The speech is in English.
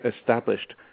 established